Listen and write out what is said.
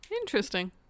interesting